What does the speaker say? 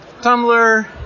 Tumblr